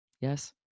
Yes